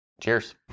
Cheers